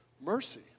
mercy